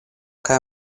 kaj